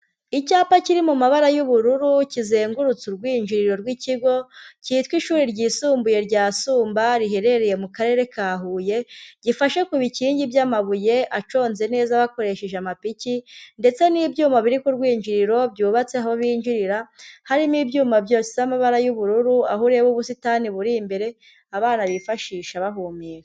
Icyapa kiri mu mabara y'ubururu kizengurutse urwinjiriro rw'ikigo cyitwa ishuri ryisumbuye rya Sumba riherereye mu karere ka Huye, gifashe ku bikingi by'amabuye aconze neza bakoresheje amapiki, ndetse n'ibyuma biri ku rwinjiriro byubatse aho binjirira harimo ibyuma byose n'amabara y'ubururu aho ureba ubusitani buri imbere aba yifashisha bahumeka.